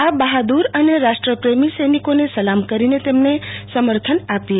આ બહાદ્દર અને રાષ્ટ્રપ્રેમિ સૈનિકોને સલામ કરીને તેમને સમર્થન આપીએ